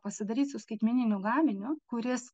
pasidaryt su skaitmeniniu gaminiu kuris